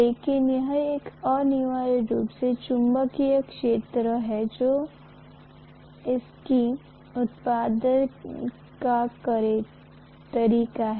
लेकिन यह अनिवार्य रूप से चुंबकीय क्षेत्र रेखा है जो कि इसके उत्पादन का तरीका है